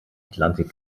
atlantik